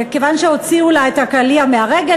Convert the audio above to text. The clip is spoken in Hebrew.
כיוון שהוציאו לה את הקליע מהרגל,